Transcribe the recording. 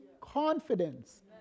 confidence